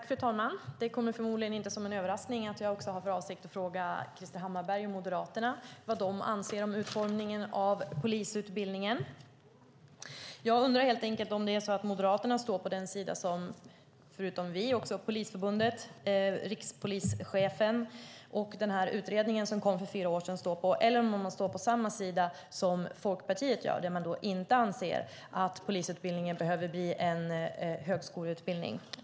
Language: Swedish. Fru talman! Det kommer förmodligen inte som en överraskning att jag har för avsikt att fråga Krister Hammarbergh och Moderaterna vad de anser om utformningen av polisutbildningen. Jag undrar helt enkelt om Moderaterna står på den sida där förutom vi också Polisförbundet, rikspolischefen och den utredning som kom för fyra år sedan står eller om de står på samma sida som Folkpartiet gör som inte anser att polisutbildningen behöver bli en högskoleutbildning.